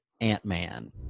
Ant-Man